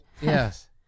Yes